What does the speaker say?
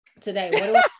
Today